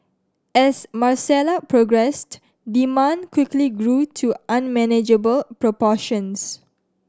as Marcella progressed demand quickly grew to unmanageable proportions